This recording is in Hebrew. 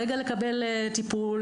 רגע לקבל טיפול,